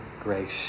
grace